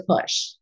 push